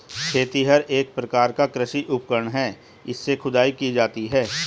खेतिहर एक प्रकार का कृषि उपकरण है इससे खुदाई की जाती है